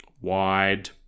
wide